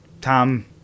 Tom